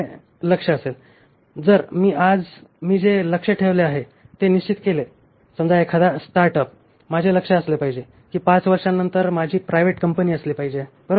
जर तुमच्याकडे चांगली दृष्टी असेल तर आणि तुमचे भविष्याकडे लक्ष असेल जर मी आज मी जे लक्ष्य ठेवले आहे ते निश्चित केले समजा एखादा स्टार्टअप माझे लक्ष्य असले पाहिजे कि पाच वर्षांनंतर माझी प्रायव्हेट लिमिटेड कंपनी असली पाहिजे बरोबर